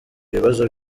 ibibazo